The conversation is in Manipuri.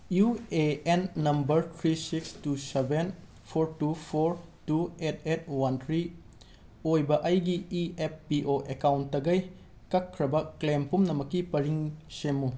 U A N number three six two seven four two four two eight eight one three ꯑꯣꯏꯕ ꯑꯩꯒꯤ ꯏ ꯑꯦꯐ ꯄꯤ ꯑꯣ ꯑꯦꯀꯥꯎꯟꯇꯒꯤ ꯀꯛꯈ꯭ꯔꯕ ꯀ꯭ꯂꯦꯝ ꯄꯨꯝꯅꯃꯛꯀꯤ ꯄꯔꯤꯡ ꯁꯦꯝꯃꯨ